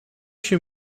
się